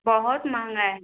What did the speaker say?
बहुत महंगा है